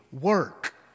work